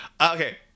okay